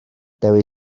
dewi